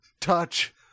touch